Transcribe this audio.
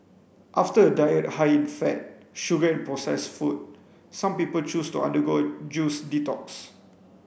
after a diet high in fat sugar and processed food some people choose to undergo a juice detox